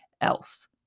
else